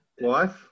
wife